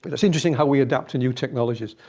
but it's interesting how we adapt to new technologies.